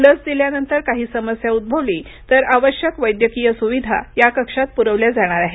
लस दिल्यानंतर काही समस्या उद्भवली तर आवश्यक वैद्यकीय सुविधा या कक्षात पुरवल्या जाणार आहेत